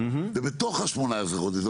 ובתוך ה-18 חודשים,